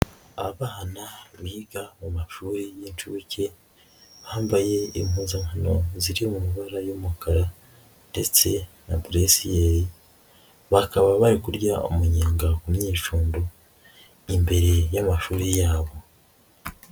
Abana biga mu mashuri y'inshuke bambaye impuzankano ziri mu mbara y'umukara ndetse na bleu-ciel, bakaba bari kurya umunyenga ku myicundo, imbere y'amashuri yabo.